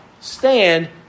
stand